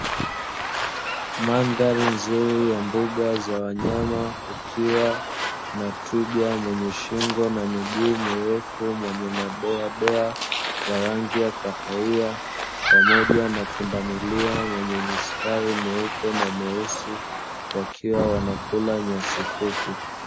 Mandhari nzuri ya mbuga ya wanyama kukiwa na twiga mwenye shingo na miguu mirefu mwenye madoadoa ya rangi ya kahawia, pamoja na pundamilia wenye mistari meupe na meusi; wakiwa wanakula nyasi fupi.